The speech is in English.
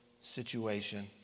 situation